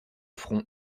front